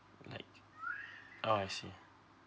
like oh I see